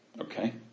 okay